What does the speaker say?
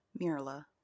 Mirla